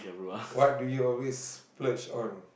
what do you always splurge on